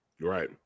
Right